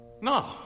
No